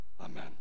Amen